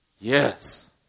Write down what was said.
Yes